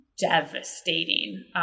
devastating